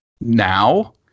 Now